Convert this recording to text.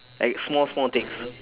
like small small things